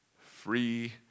free